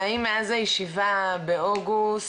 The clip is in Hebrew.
האם מאז הישיבה באוגוסט,